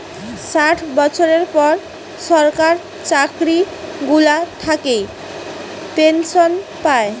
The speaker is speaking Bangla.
ষাট বছরের পর সরকার চাকরি গুলা থাকে পেনসন পায়